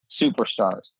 superstars